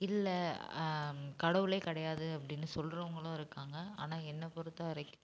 இல்லை கடவுளே கிடையாது அப்படின்னு சொல்லுறவங்களும் இருக்காங்க ஆனால் என்னை பொறுத்தவரைக்கும்